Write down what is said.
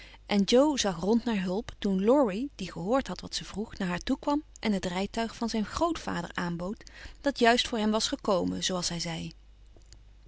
en jo zag rond naar hulp toen laurie die gehoord had wat ze vroeg naar haar toekwam en het rijtuig van zijn grootvader aanbood dat juist voor hem was gekomen zooals hij zei